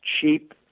cheap